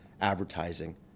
advertising